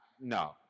no